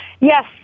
Yes